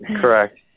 Correct